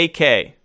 AK